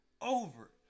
Over